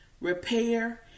repair